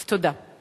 אז תודה.